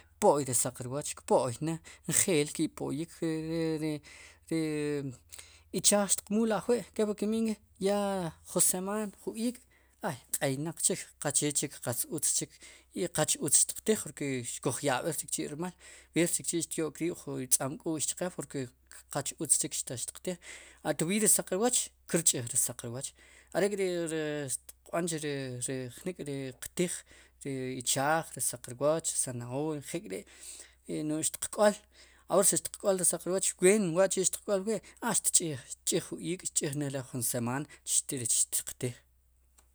Kpo'y ri saq rwooch kpo'yne'njeel ki' po'yiik ri ichaaj xtiq muul ajwi' kopli kinb'iil nk'i ya jun semaan ju iik' hau q'eynaq chik qache chik qatz utz i qautz xtiqtiij xkuj yab'rik chikchi' rmal b'erchikchi' xtyo'k riib' jun riytz'am k'u'x chqe porque qach utz chik xtiq tiij a todaviiy ri saq rwooch kirch'iij ri saq rwooch are'kri ri xtiqb'an ri jnik'ri xtiqtiij ri ichaaj ri saq rwooch sanahoria njel k'ri' n'oj xtiq k'ool awoor si xtiq k'ool ri saq rwooch ween wa' chi' xtiq k'ool wi' a xtch'ij jun iik' tch'ij nelo jun semaan rech xtiq tiij.